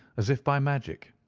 as if by magic.